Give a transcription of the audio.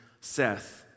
Seth